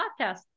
podcast